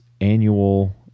annual